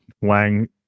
Wang